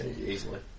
easily